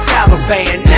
Taliban